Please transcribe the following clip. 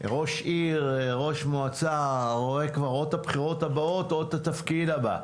ראש מועצה רואה את הבחירות הבאות או את התפקיד הבא.